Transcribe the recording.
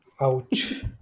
Ouch